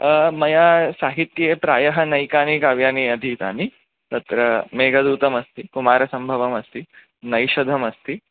मया साहित्ये प्रायः नैकानि काव्यानि अधीतानि तत्र मेघदूतमस्ति कुमारसम्भवमस्ति नैषधमस्ति